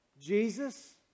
Jesus